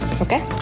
okay